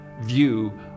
view